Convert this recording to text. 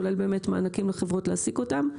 כולל מענקים לחברות להעסיק אותם,